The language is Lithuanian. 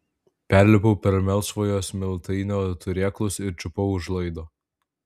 perlipau per melsvojo smiltainio turėklus ir čiupau už laido